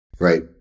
Right